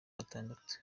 gatandatu